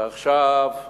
ועכשיו,